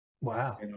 Wow